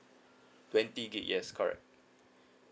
twenty git yes correct